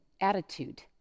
attitude